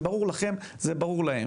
זה ברור לכם, זה ברור להם.